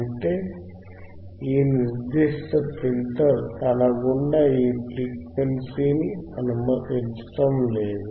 అంటే ఈ నిర్దిష్ట ఫిల్టర్ తన గుండా ఈ ఫ్రీక్వెన్సీని అనుమతించడం లేదు